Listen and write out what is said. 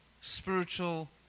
spiritual